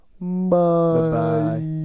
Bye